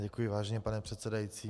Děkuji, vážený pane předsedající.